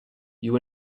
you